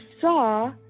saw